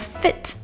fit